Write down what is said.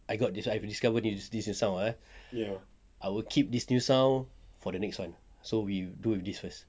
I got this one I discover this this new sound eh I will keep this new sound for the next one so we do with this first